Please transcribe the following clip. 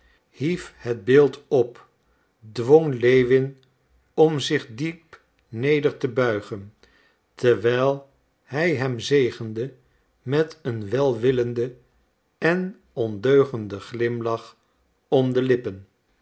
hief het beeld op dwong lewin om zich diep neder te buigen terwijl hij hem zegende met een welwillenden en ondeugenden glimlach om de lippen